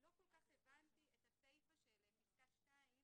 לא כל כך הבנתי את הסיפה של פסקה (2)